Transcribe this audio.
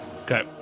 Okay